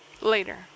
later